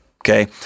Okay